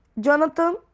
Jonathan